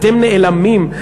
אתם נעלמים,